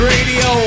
Radio